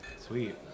Sweet